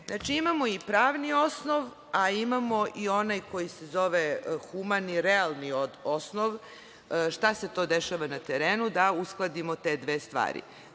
Znači, imamo i pravni osnov, a imamo i onaj koji se zove humani, realni osnov šta se to dešava na terenu, da uskladimo te dve stvari.